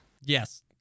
Yes